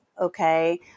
okay